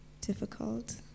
Difficult